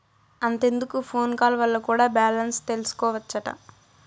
అంతెందుకు phone call వల్ల కూడా బాలెన్స్ తెల్సికోవచ్చట